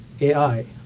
AI